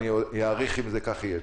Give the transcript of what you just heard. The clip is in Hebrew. אני אעריך אם כך יהיה.